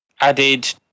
added